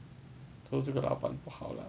so 这个老板不好 lah